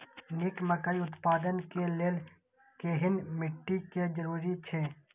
निक मकई उत्पादन के लेल केहेन मिट्टी के जरूरी छे?